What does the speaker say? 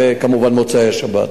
וכמובן מוצאי-השבת.